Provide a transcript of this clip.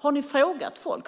Har ni frågat människor?